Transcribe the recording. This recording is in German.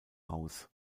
aus